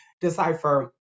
decipher